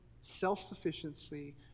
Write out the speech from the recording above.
self-sufficiency